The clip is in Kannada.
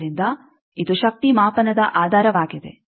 ಆದ್ದರಿಂದ ಇದು ಶಕ್ತಿ ಮಾಪನದ ಆಧಾರವಾಗಿದೆ